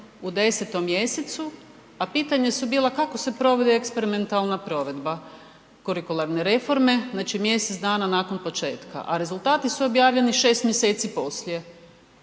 u 10. mj. a pitanja su bila kako se provodi eksperimentalna provedba kurikularne reforme, znači mjesec dana nakon početka. A rezultati su objavljeni 6 mj. poslije.